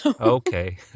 Okay